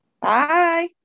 Bye